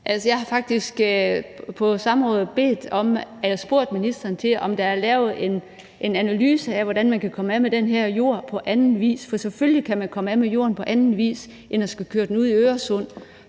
jeg har faktisk på samråd spurgt ministeren om, om der er lavet en analyse af, hvordan man kan komme af med den her jord på anden vis, for selvfølgelig kan man komme af med jorden på anden vis end at skulle køre den ud i Øresund.